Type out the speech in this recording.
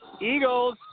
Eagles